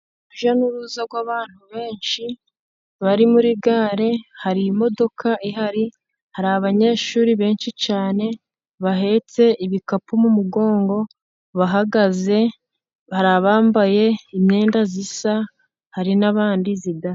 Urujya n'uruza rw'abantu benshi bari muri gare, hari imodoka ihari, hari abanyeshuri benshi cyane bahetse ibikapu mu mugongo bahagaze, hari abambaye imyenda isa hari n'abandi idasa.